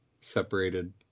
separated